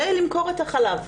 ולמכור את החלב.